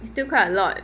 it's still quite a lot